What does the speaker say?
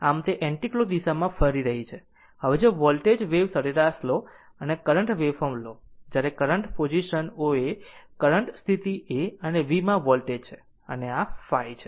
હવે જો voltage wave સરેરાશ લો અને કરંટ વેવફોર્મ લો જ્યારે current position O A current સ્થિતિ A અને Vમાં વોલ્ટેજ છે અને આ ϕ છે